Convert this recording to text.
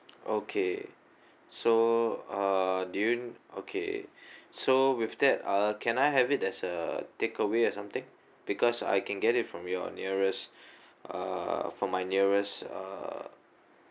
okay so uh during okay so with that uh can I have it as a takeaway or something because I can get it from your nearest uh for my nearest uh